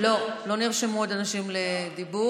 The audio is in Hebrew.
עוד התייחסויות?